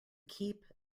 keep